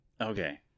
Okay